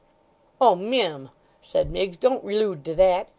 oh, mim said miggs, don't relude to that.